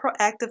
proactive